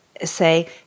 say